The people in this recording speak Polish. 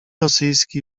rosyjski